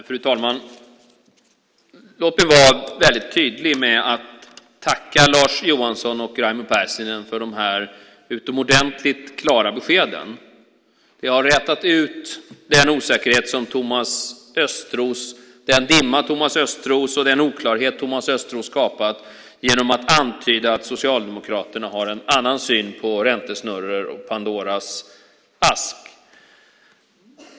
Fru talman! Låt mig vara väldigt tydlig med att tacka Lars Johansson och Raimo Pärssinen för de utomordentligt klara beskeden. Det har rätat ut den osäkerhet, den dimma och den oklarhet som Thomas Östros skapat genom att antyda att Socialdemokraterna har en annan syn på räntesnurror och på Pandoras ask.